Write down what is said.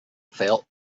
felt